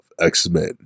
X-Men